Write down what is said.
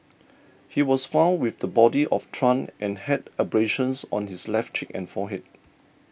he was found with the body of Tran and had abrasions on his left cheek and forehead